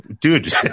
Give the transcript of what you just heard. dude